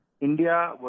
India